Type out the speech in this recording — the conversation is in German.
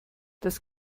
das